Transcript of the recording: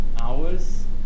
hours